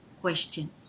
question